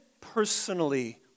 personally